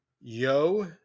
Yo